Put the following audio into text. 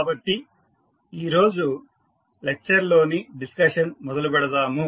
కాబట్టి ఈరోజు లెక్చర్ లోని డిస్కషన్ మొదలు పెడదాము